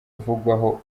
uvugwaho